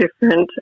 different